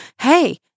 hey